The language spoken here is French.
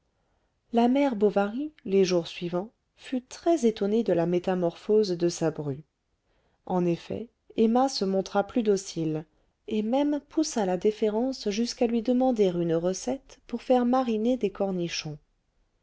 la mère bovary les jours suivants fut très étonnée de la métamorphose de sa bru en effet emma se montra plus docile et même poussa la déférence jusqu'à lui demander une recette pour faire mariner des cornichons